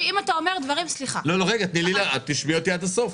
אם אתה אומר דברים --- אבל תשמעי אותי עד הסוף.